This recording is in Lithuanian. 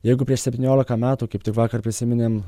jeigu prieš septyniolika metų kaip tik vakar prisiminėm